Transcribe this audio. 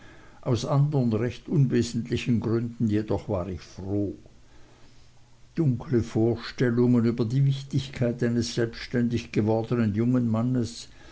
aus andern recht unwesentlichen gründen jedoch war ich froh dunkle vorstellungen über die wichtigkeit eines selbständig gewordenen jungen mannes